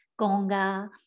gonga